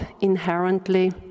inherently